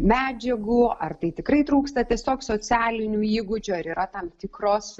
medžiagų ar tai tikrai trūksta tiesiog socialinių įgūdžių ar yra tam tikros